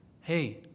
Hey